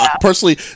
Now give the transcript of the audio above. personally